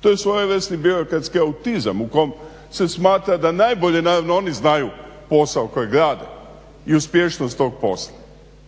To je svojevrsni birokratski autizam u kom se smatra da najbolje naravno oni znaju posao kojeg rade i uspješnost tog posla.